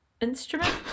Instrument